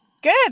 Good